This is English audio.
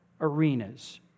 arenas